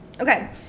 Okay